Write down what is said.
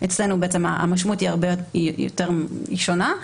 אצלנו המשמעות היא שונה.